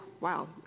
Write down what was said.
wow